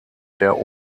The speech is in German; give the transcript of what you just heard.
der